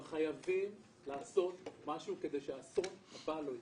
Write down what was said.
אבל חייבים לעשות משהו כדי שהאסון הבא לא יקרה.